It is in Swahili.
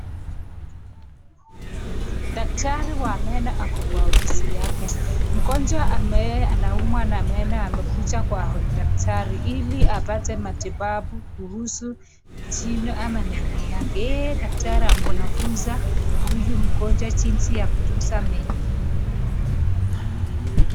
Daktari wa meno ako kwa ofisi yake. Mgonjwa anaumwa na meno amekuja kwa daktari ili apata matibabu kuhusu jino ama meno yake. Yeye daktari anamfuza huyu mgonjwa jinsi ya kutuza meno.